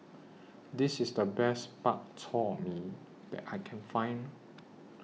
This IS The Best Bak Chor Mee that I Can Find